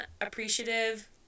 appreciative